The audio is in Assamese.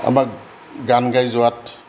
আমাক গান গাই যোৱাত